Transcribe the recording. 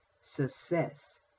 success